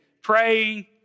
praying